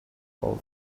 all